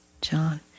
John